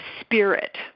spirit